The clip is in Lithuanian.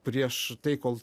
prieš tai kol